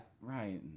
Right